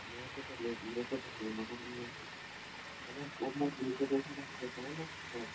मेरे को तो मेरे को तो अगर आप तो उस हिसाब से देता ना मैं आपको